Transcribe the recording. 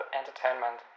entertainment